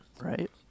right